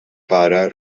pare